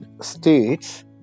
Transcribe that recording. states